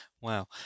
Wow